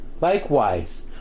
Likewise